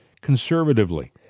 conservatively